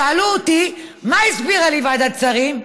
שאלו אותי מה הסבירה לי ועדת שרים,